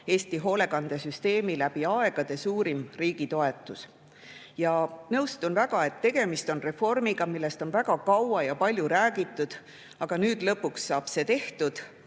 Eesti hoolekandesüsteemi läbi aegade suurim riigi toetus. Nõustun väga, et tegemist on reformiga, millest on väga kaua ja palju räägitud, ning nüüd lõpuks saab see tehtud.